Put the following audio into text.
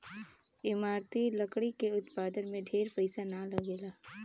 इमारती लकड़ी के उत्पादन में ढेर पईसा ना लगेला